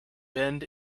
bend